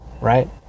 right